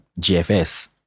GFS